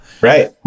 right